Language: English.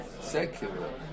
secular